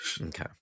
Okay